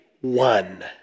one